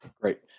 Great